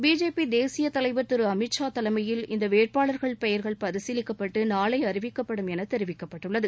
BJP தேசிய தலைவர் திரு அமித்ஷா தலைமையில் இந்த வேட்பாளர்கள் பெயர்கள் பரிசீலிக்கப்பட்டு நாளை அறிவிக்கப்படும் என தெரிவிக்கப்பட்டுள்ளது